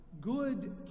good